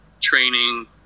training